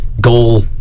goal